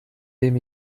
dem